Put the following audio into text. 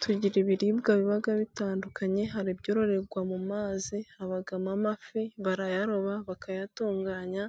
Tugira ibiribwa biba bitandukanye hari ibyororerwa mu mazi habamo amafi ,barayaroba bakayatunganya